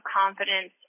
confidence